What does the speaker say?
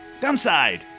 downside